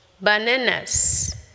Bananas